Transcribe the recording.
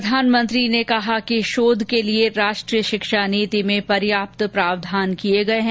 श्री मोदी ने कहा कि शोध के लिए राष्ट्रीय शिक्षा नीति में पर्याप्त प्रावधान किए गए हैं